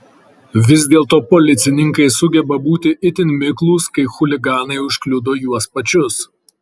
vis dėlto policininkai sugeba būti itin miklūs kai chuliganai užkliudo juos pačius